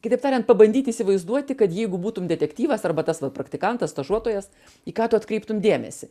kitaip tariant pabandyti įsivaizduoti kad jeigu būtum detektyvas arba tas va praktikantas stažuotojas į ką tu atkreiptum dėmesį